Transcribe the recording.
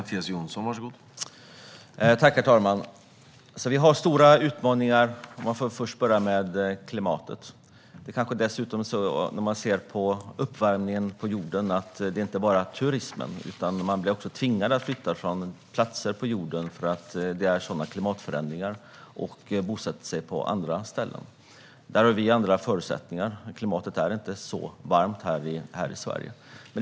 Herr talman! Sverige har stora utmaningar, och jag vill först ta upp klimatet. Det handlar inte bara om turism, utan man tvingas också att flytta från platser på jorden på grund av klimatförändringarna och uppvärmningen av jorden och bosätta sig på andra ställen. Där har vi andra förutsättningar. Klimatet här i Sverige är inte så varmt.